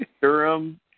Durham